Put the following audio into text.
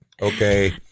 Okay